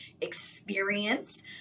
experience